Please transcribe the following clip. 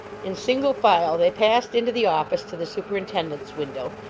in single file they passed into the office to the superintendent's window,